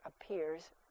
appears